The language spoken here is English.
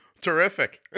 Terrific